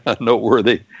noteworthy